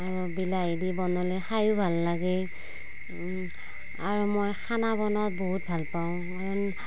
আৰু বিলাহী দি বনালে খাইয়ো ভাল লাগে আৰু মই খানা বনোৱাত বহুত ভাল পাওঁ কাৰণ